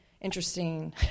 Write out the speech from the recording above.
interesting